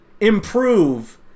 improve